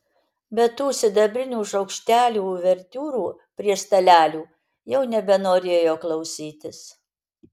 bet tų sidabrinių šaukštelių uvertiūrų prie stalelių jau nebenorėjo klausytis